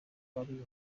bari